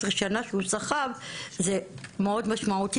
השנים שהוא סחב - זה היה מאוד משמעותי.